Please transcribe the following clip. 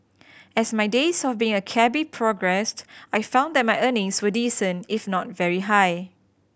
as my days of being a cabby progressed I found that my earnings were decent if not very high